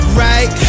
right